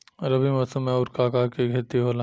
रबी मौसम में आऊर का का के खेती होला?